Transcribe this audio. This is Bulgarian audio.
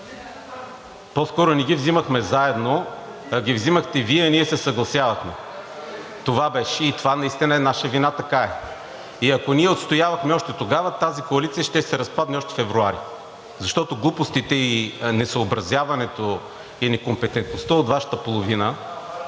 по-скоро не ги взимахме заедно, а ги взимахте Вие, а ние се съгласявахме. Това беше и това наистина е наша вина, така е. И ако ние я отстоявахме още тогава, тази коалиция щеше да се разпадне още през февруари, защото глупостите и несъобразяването и некомпетентността от Вашата половина